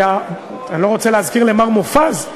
ואני לא רוצה להזכיר למר מופז,